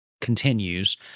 continues